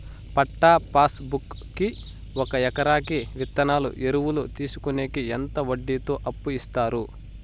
పట్టా passbook కి ఒక ఎకరాకి విత్తనాలు, ఎరువులు తీసుకొనేకి ఎంత వడ్డీతో అప్పు ఇస్తారు?